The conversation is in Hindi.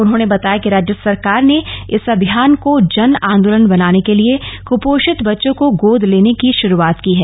उन्होने बताया कि राज्य सरकार ने इस अभियान को जनआंदोलन बनाने के लिए कृपोषित बच्चों को गोद लेने की शुरुआत की है